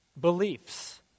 beliefs